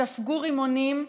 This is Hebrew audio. ספגו רימונים,